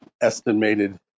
estimated